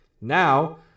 now